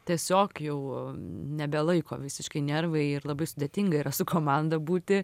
tiesiog jau nebelaiko visiškai nervai ir labai sudėtinga yra su komanda būti